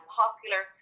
popular